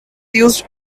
used